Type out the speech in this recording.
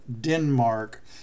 Denmark